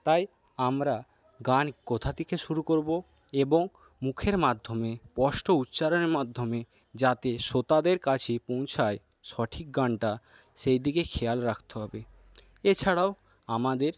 তাই আমরা গান কোথা থেকে শুরু করব এবং মুখের মাধ্যমে স্পষ্ট উচ্চারণের মাধ্যমে যাতে শ্রোতাদের কাছে পৌঁছয় সঠিক গানটা সেইদিকে খেয়াল রাখতে হবে এছাড়াও আমাদের